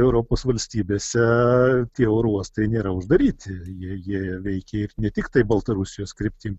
europos valstybėse tie oro uostai nėra uždaryti jei jie veikia ir ne tiktai baltarusijos kryptim